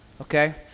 Okay